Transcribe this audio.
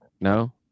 No